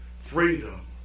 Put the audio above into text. Freedom